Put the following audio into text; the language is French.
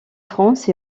france